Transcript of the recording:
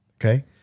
okay